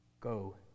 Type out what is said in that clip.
Go